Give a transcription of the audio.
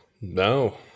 no